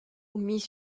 mis